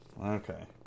Okay